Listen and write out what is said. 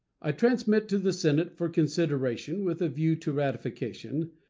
i transmit to the senate, for consideration with a view to ratification,